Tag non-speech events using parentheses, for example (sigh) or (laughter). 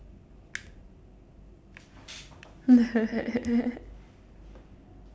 (laughs)